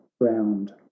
ground